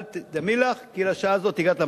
אל תדמי לך, כי לשעה הזאת הגעת למלכות.